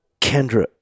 Kendra